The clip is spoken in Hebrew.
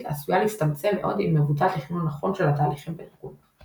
עשויה להצטמצם מאוד אם מבוצע תכנון נכון של התהליכים בארגון.